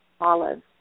olives